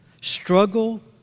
struggle